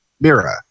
Mira